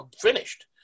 finished